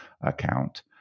account